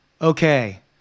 okay